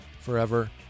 forever